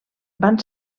van